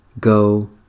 Go